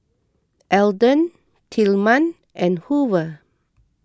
Elden Tilman and Hoover